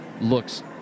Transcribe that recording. looks